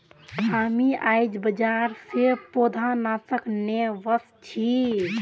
हामी आईझ बाजार स पौधनाशक ने व स छि